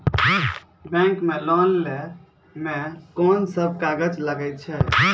Bank मे loan लै मे कोन सब कागज लागै छै?